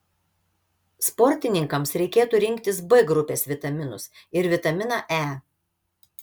sportininkams reikėtų rinktis b grupės vitaminus ir vitaminą e